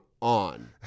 on